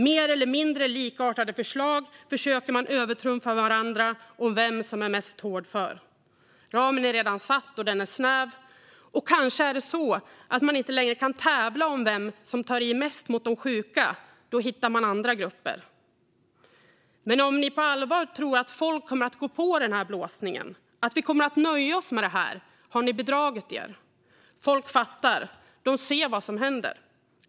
Med mer eller mindre likartade förslag försöker man övertrumfa varandra om vem som är mest hårdför. Ramen är redan satt, och den är snäv. Och kanske är det så att om man inte längre kan tävla om vem som tar i mest mot de sjuka hittar man andra grupper. Men om ni på allvar tror att folk kommer att gå på den här blåsningen, att vi kommer att nöja oss med det här, har ni bedragit er. Folk fattar. De ser vad som händer.